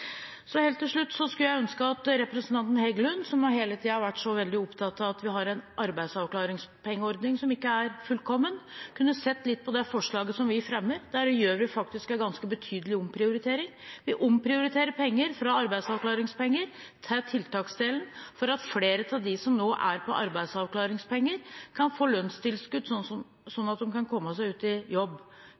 Helt til slutt skulle jeg ønske at representanten Heggelund, som hele tiden har vært så veldig opptatt av at vi har en arbeidsavklaringspengeordning som ikke er fullkommen, kunne sett litt på det forslaget som vi fremmer. Der gjør vi faktisk en ganske betydelig omprioritering, vi omprioriterer penger fra arbeidsavklaringspenger til tiltaksdelen for at flere av dem som nå er på arbeidsavklaringspenger, kan få lønnstilskudd, så de kan komme seg ut i jobb.